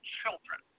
children